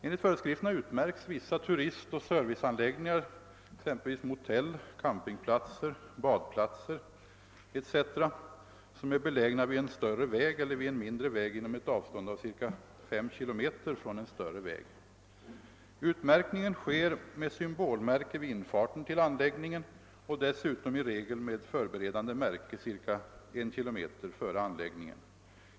Enligt föreskrifterna utmärks vissa turistoch serviceanläggningar, exempelvis motell, campingplatser och badplatser, som är belägna vid en större väg eller om de är belägna vid en mindre väg, inom ett avstånd av ca 5 km från en större väg. Utmärkningen sker med symbolmärken vid infarten till anläggningen och dessutom i regel med ett förberedande märke ca 1 km före anläggningen.